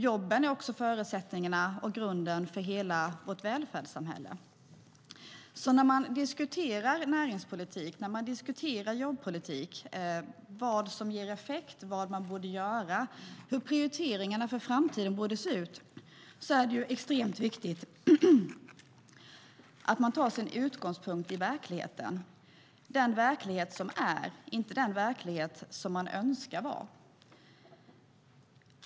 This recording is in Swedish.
Jobben är också förutsättningen och grunden för hela vårt välfärdssamhälle. När man diskuterar näringspolitik, när man diskuterar jobbpolitik, vad som ger effekt, vad man borde göra och hur prioriteringarna för framtiden borde se ut är det extremt viktigt att man tar sin utgångspunkt i verkligheten - den verklighet som är, inte den verklighet som man önskar var.